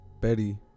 Betty